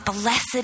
Blessed